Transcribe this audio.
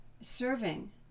serving